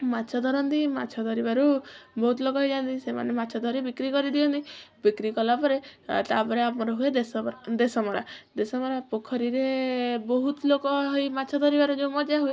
ମାଛ ଧରନ୍ତି ମାଛ ଧରିବାରୁ ବହୁତ ଲୋକ ହେଇଯାଆନ୍ତି ସେମାନେ ମାଛ ଧରି ବିକ୍ରି କରିଦିଅନ୍ତି ବିକ୍ରି କଲାପରେ ତା'ପରେ ଆମର ହୁଏ ଦେଶମରା ଦେଶମରା ପୋଖରୀରେ ବହୁତ ଲୋକ ହେଇ ମାଛ ଧରିବାର ଯେଉଁ ମଜା ହୁଏ